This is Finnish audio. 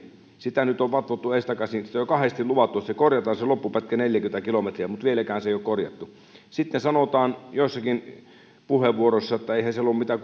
sitä nyt on vatvottu edestakaisin on jo kahdesti luvattu että se loppupätkä neljäkymmentä kilometriä korjataan mutta vieläkään sitä ei ole korjattu sitten sanotaan joissakin puheenvuoroissa että eihän siellä ole mitään